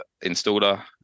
installer